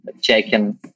checking